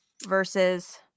versus